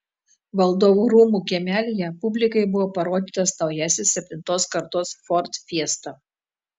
valdovų rūmų kiemelyje publikai buvo parodytas naujasis septintos kartos ford fiesta